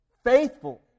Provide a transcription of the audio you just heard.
Faithful